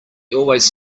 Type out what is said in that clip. always